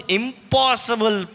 impossible